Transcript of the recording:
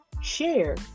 share